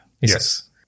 Yes